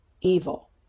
evil